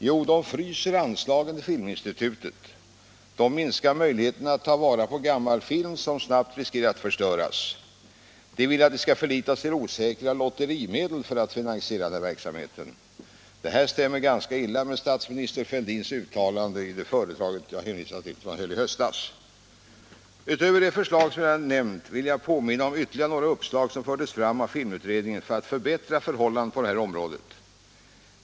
Jo, den fryser anslagen till Filminstitutet. Den minskar möjligheterna att ta vara på gammal film som snabbt riskerar att förstöras. Den vill att vi skall förlita oss på osäkra lotterimedel för att finansiera den här verksamheten. Detta stämmer ganska illa med statsminister Fälldins uttalande i det föredrag i höstas som jag hänvisat till. Utöver det förslag jag redan nämnt vill jag påminna om ytterligare några uppslag som fördes fram av filmutredningen för att förbättra förhållandena på detta område.